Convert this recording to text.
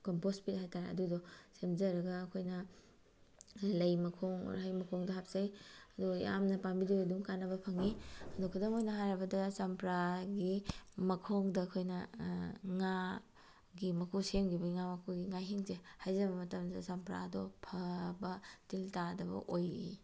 compost ꯄꯦꯛ ꯍꯥꯏꯇꯥꯔꯦ ꯑꯗꯨꯗꯣ ꯁꯦꯝꯖꯔꯒ ꯑꯩꯈꯣꯏꯅ ꯂꯩ ꯃꯈꯣꯡ ꯑꯣꯔ ꯍꯩ ꯃꯈꯣꯡꯗ ꯍꯥꯞꯆꯩ ꯑꯗꯨꯒ ꯌꯥꯝꯅ ꯄꯥꯝꯕꯤꯗꯩꯒꯤ ꯑꯗꯨꯝ ꯀꯥꯅꯕ ꯐꯪꯏ ꯑꯗꯣ ꯈꯨꯗꯝ ꯑꯣꯏꯅ ꯍꯥꯏꯔꯕꯗ ꯆꯝꯄ꯭ꯔꯥꯒꯤ ꯃꯈꯣꯡꯗ ꯑꯩꯈꯣꯏꯅ ꯉꯥꯒꯤ ꯃꯀꯨ ꯁꯦꯝꯈꯤꯕꯒꯤ ꯉꯥ ꯃꯀꯨꯒꯤ ꯉꯥꯍꯤꯡꯁꯦ ꯍꯩꯖꯟꯕ ꯃꯇꯝꯗ ꯆꯝꯄ꯭ꯔꯥꯗꯣ ꯐꯕ ꯇꯤꯜ ꯇꯥꯗꯕ ꯑꯣꯏ